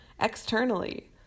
externally